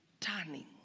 turning